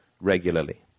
regularly